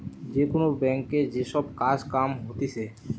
যে কোন ব্যাংকে যে সব কাজ কাম হতিছে